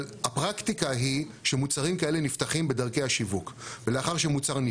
אבל הפרקטיקה היא שמוצרים כאלה נפתחים בדרכי השיווק.